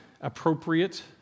appropriate